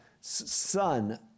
son